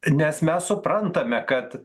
nes mes suprantame kad